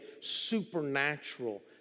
supernatural